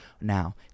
Now